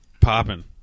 popping